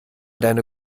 deine